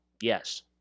Yes